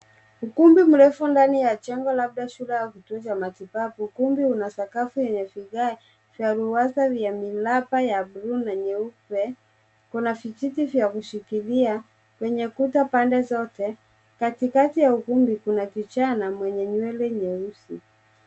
Ukumbi mrefu ndani ya jengo labda shule au kituo cha matibabu. Ukumbi una sakafu yenye vigae vya ruwaza vya miraba ya buluu na nyeupe. Kuna vijiti vya kushikilia kwenye kuta pande zote. Katikati ya ukumbi kuna kijana mwenye nywele nyeusi.